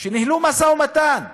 שניהלו משא-ומתן ואמרו: